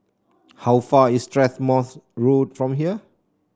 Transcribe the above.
how far away is Strathmore Road from here